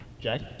Jack